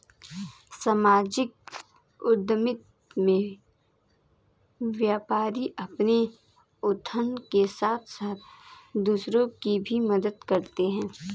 सामाजिक उद्यमिता में व्यापारी अपने उत्थान के साथ साथ दूसरों की भी मदद करते हैं